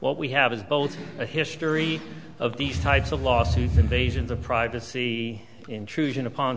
what we have is both a history of these types of lawsuits invasions of privacy intrusion upon